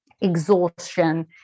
exhaustion